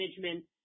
management